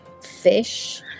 fish